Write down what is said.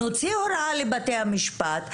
נוציא הוראה לבתי המשפט,